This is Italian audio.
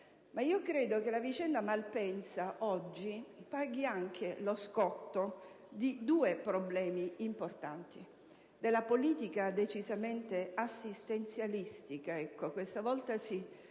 Ma credo che la vicenda Malpensa oggi paghi anche lo scotto di due problemi importanti: in primo luogo, la politica decisamente assistenzialistica - questa volta sì,